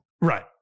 Right